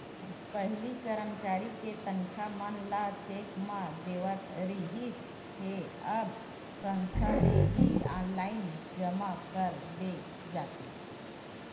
पहिली करमचारी के तनखा मन ल चेक म देवत रिहिस हे अब संस्था ले ही ऑनलाईन जमा कर दे जाथे